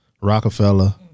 Rockefeller